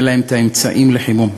ואין להם האמצעים לחימום.